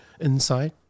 inside